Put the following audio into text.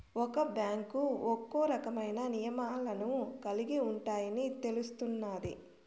ఒక్క బ్యాంకు ఒక్కో రకమైన నియమాలను కలిగి ఉంటాయని తెలుస్తున్నాది